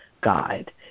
guide